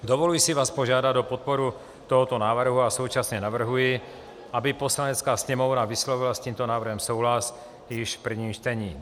Dovoluji si vás požádat o podporu tohoto návrhu a současně navrhuji, aby Poslanecká sněmovna vyslovila s tímto návrhem souhlas již v prvním čtení.